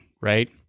Right